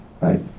right